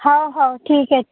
हा हो ठीक आहे